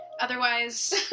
Otherwise